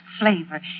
flavor